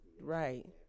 right